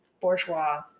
bourgeois